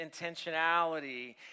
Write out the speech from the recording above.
intentionality